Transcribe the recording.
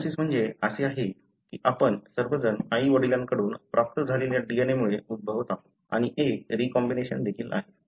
meiosis म्हणजे असे आहे की आपण सर्वजण आई वडिलांकडून प्राप्त झालेल्या DNA मुळे उद्भवत आहोत आणि एक रीकॉम्बिनेशन देखील आहे